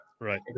Right